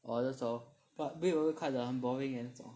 orh 那种 but 没有人会看很 boring leh 那种